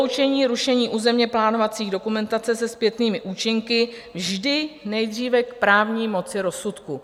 Vyloučení ručení územněplánovací dokumentace se zpětnými účinky vždy nejdříve k právní moci rozsudku.